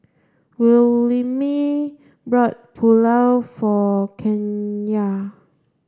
Williemae bought Pulao for Kenia